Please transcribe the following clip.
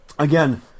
Again